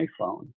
iPhone